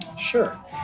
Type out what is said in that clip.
Sure